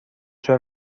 چرا